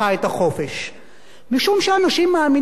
משום שאנשים מאמינים לעיתון לעתים קרובות,